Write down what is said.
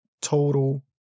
total